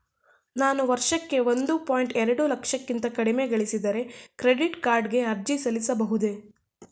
ನಾನು ವರ್ಷಕ್ಕೆ ಒಂದು ಪಾಯಿಂಟ್ ಎರಡು ಲಕ್ಷಕ್ಕಿಂತ ಕಡಿಮೆ ಗಳಿಸಿದರೆ ಕ್ರೆಡಿಟ್ ಕಾರ್ಡ್ ಗೆ ಅರ್ಜಿ ಸಲ್ಲಿಸಬಹುದೇ?